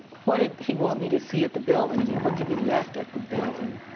what did he want me to see at the building? i mean what could be left at the building?